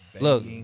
look